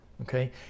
Okay